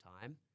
time